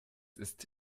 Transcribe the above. ist